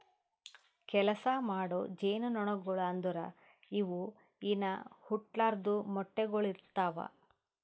ಕೆಲಸ ಮಾಡೋ ಜೇನುನೊಣಗೊಳು ಅಂದುರ್ ಇವು ಇನಾ ಹುಟ್ಲಾರ್ದು ಮೊಟ್ಟೆಗೊಳ್ ಇಡ್ತಾವ್